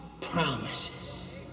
promises